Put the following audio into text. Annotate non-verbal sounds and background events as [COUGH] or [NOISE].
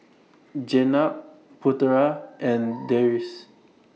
Jenab Putera [NOISE] and Deris